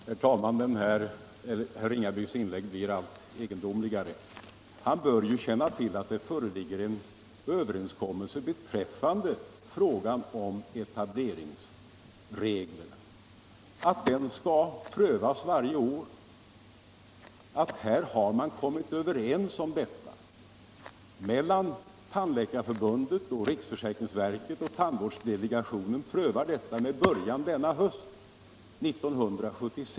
Herr talman! Herr Ringabys inlägg blir allt egendomligare. Han bör känna till att det föreligger en överenskommelse beträffande etableringsreglerna. De skall prövas varje år. Det sker inom tandvårdsdelegationen med början denna höst.